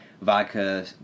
vodka